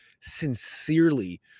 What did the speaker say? sincerely